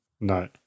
No